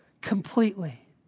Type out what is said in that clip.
completely